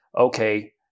okay